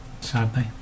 sadly